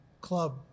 Club